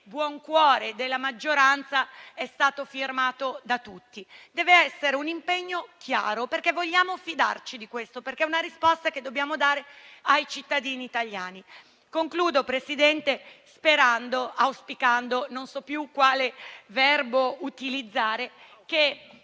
buon cuore della maggioranza, è stato firmato da tutti. Deve essere un impegno chiaro, perché vogliamo fidarci e perché è una risposta che dobbiamo dare ai cittadini italiani. Concludo, Presidente, auspicando che il prossimo provvedimento e